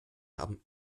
haben